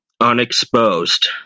unexposed